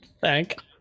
Thank